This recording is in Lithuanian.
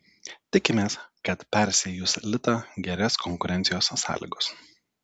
tikimės kad persiejus litą gerės konkurencijos sąlygos